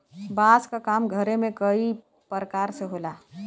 बांस क काम घरे में कई परकार से होला